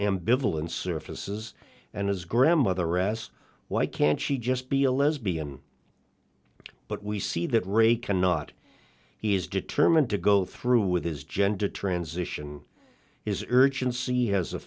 ambivalence surfaces and his grandmother rest why can't she just be a lesbian but we see that ray cannot he is determined to go through with his gender transition is urgency has a